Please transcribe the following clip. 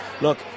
look